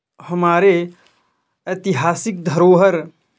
हमारे ऐतिहासिक धरोहर